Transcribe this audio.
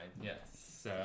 yes